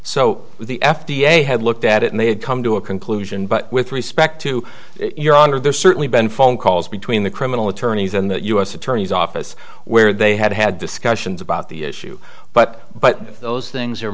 so the f d a had looked at it and they had come to a conclusion but with respect to your honor there's certainly been phone calls between the criminal attorneys in the u s attorney's office where they had had discussions about the issue but but those things are